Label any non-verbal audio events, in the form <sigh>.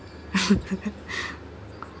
<laughs>